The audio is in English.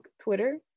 Twitter